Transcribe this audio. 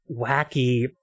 wacky